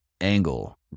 angle